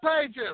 pages